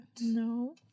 No